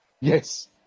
Yes